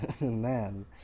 man